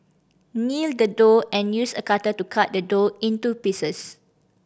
knead the dough and use a cutter to cut the dough into pieces